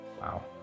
Wow